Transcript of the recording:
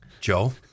Joe